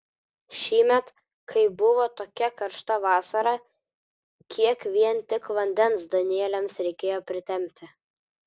šįmet kai buvo tokia karšta vasara kiek vien tik vandens danieliams reikėjo pritempti